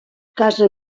casa